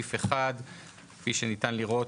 בסעיף 1. כפי שניתן לראות,